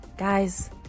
Guys